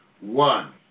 one